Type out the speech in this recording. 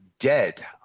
dead